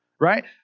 Right